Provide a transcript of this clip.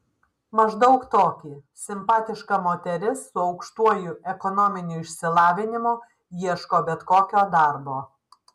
maždaug tokį simpatiška moteris su aukštuoju ekonominiu išsilavinimu ieško bet kokio darbo